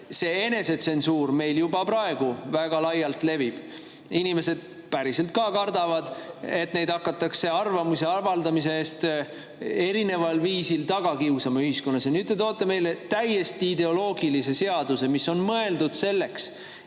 see enesetsensuur meil juba praegu väga laialt levib. Inimesed päriselt ka kardavad, et neid hakatakse arvamuse avaldamise eest erineval viisil taga kiusama ühiskonnas. Ja nüüd te toote meile täiesti ideoloogilise seaduse, mis on mõeldud selleks,